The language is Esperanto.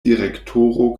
direktoro